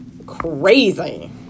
Crazy